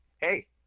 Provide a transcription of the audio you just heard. hey